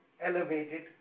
elevated